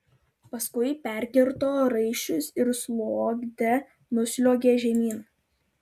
paskui perkirto raiščius ir sliuogte nusliuogė žemyn